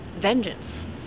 vengeance